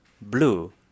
blue